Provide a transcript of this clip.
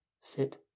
sit